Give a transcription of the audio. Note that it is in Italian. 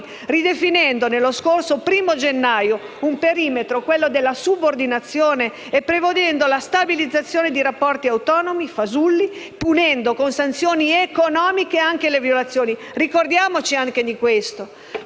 ridefinendo dallo scorso 1° gennaio il perimetro della subordinazione, prevedendo la stabilizzazione dei rapporti autonomi fasulli e punendo con sanzioni economiche le violazioni. Ricordiamoci anche di questo.